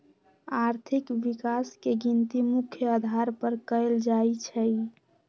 आर्थिक विकास के गिनती मुख्य अधार पर कएल जाइ छइ